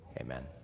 amen